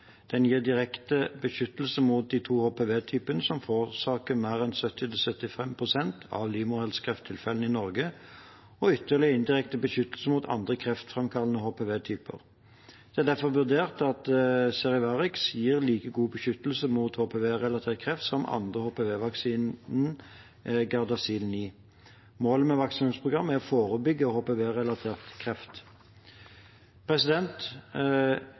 Den gir direkte beskyttelse mot de to HPV-typene som forårsaker mer enn 70–75 pst. av livmorhalskrefttilfellene i Norge, og ytterligere indirekte beskyttelse mot andre kreftfremkallende HPV-typer. Det er derfor vurdert at Cervarix gir like god beskyttelse mot HPV-relatert kreft som den andre HPV-vaksinen, Gardasil 9. Målet med vaksinasjonsprogrammet er å forebygge HPV-relatert kreft.